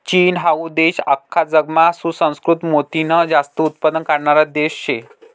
चीन हाऊ देश आख्खा जगमा सुसंस्कृत मोतीनं जास्त उत्पन्न काढणारा देश शे